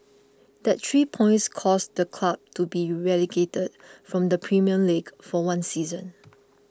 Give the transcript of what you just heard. that three points caused the club to be relegated from the Premier League for one season